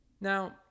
Now